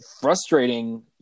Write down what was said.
frustrating